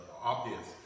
obvious